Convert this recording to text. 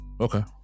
Okay